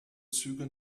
züge